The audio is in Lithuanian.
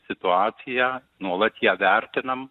situaciją nuolat ją vertinam